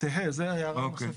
"תהא", זאת ההערה הנוספת.